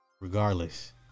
Regardless